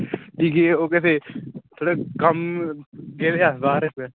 ओह् केह् आक्खदे थोह्ड़े कम्म गेदे हे अस उत्त